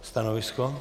Stanovisko?